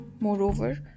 Moreover